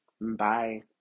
Bye